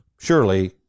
surely